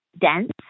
dense